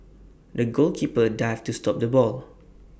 the goalkeeper dived to stop the ball